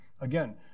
Again